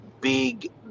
big